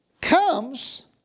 comes